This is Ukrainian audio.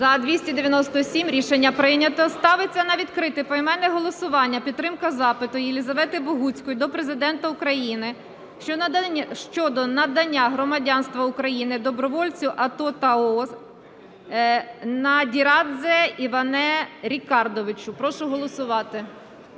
За-297 Рішення прийнято. Ставиться на відкрите поіменне голосування підтримка запиту Єлізавети Богуцької до Президента України щодо надання громадянства України добровольцю АТО та ОСС Надірадзе Іване Рікардовичу. Прошу голосувати.